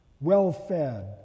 well-fed